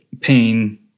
pain